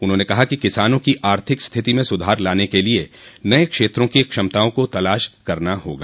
उन्होंने कहा कि किसानों की आर्थिक स्थिति में सुधार लाने के लिए नये क्षेत्रों की क्षमताओं को तलाश करना होगा